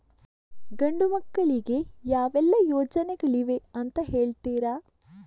ಗಂಡು ಮಕ್ಕಳಿಗೆ ಯಾವೆಲ್ಲಾ ಯೋಜನೆಗಳಿವೆ ಅಂತ ಹೇಳ್ತೀರಾ?